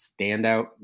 standout